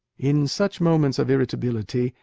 in such moments of irritability,